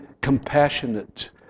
compassionate